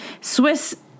Swiss